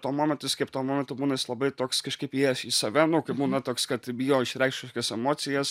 tuo momentu jis kaip tuo momentu būna jis labai toks kažkaip įėjęs į save nu kai būna toks kad bijo išreikšt kažkokias emocijas